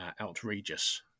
outrageous